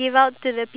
what